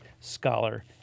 scholar